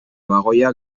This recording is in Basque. bagoia